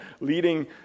leading